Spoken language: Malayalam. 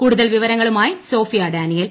കൂടുതൽ വിവരങ്ങളുമായി സോഫിയ ഡാനിയേൽ